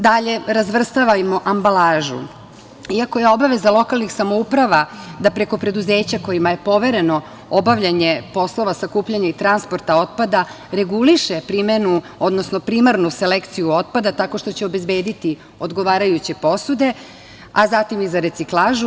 Dalje, razvrstavajmo ambalažu, iako je obaveza lokalnih samouprava da preko preduzeća kojima je povereno obavljanje poslova sakupljanja i transporta otpada reguliše primenu, odnosno primarnu selekciju otpada tako što će obezbediti odgovarajuće posude, a zatim i za reciklažu.